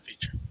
feature